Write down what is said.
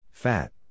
Fat